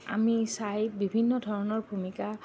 আমি চাই বিভিন্ন ধৰণৰ ভূমিকা